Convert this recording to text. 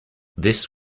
this